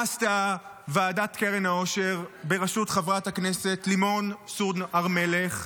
מה עשתה ועדת קרן העושר בראשות חברת הכנסת לימור סון הר מלך?